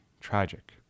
tragic